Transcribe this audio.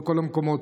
בכל המקומות.